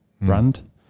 brand